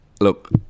Look